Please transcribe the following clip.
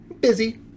Busy